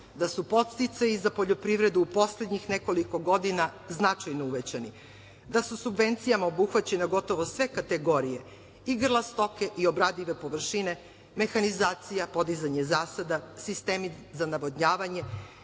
da su podsticaji za poljoprivredu u poslednjih nekoliko godina značajno uvećani, da su subvencijama obuhvaćene gotovo sve kategorije - i grla stoke, i obradive površine, mehanizacija, podizanje zasada, sistemi za navodnjavanje,